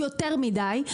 יותר מדי,